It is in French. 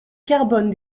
carbone